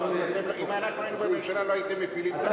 אם אנחנו היינו בממשלה, לא הייתם מפילים אותה.